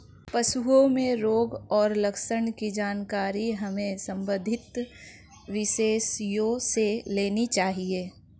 पशुओं में रोग और लक्षण की जानकारी हमें संबंधित विशेषज्ञों से लेनी चाहिए